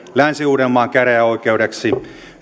länsi uudenmaan käräjäoikeudeksi